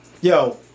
Yo